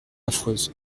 affreuse